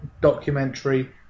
documentary